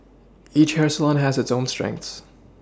each hair salon has its own strengths